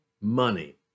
money